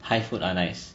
thai food are nice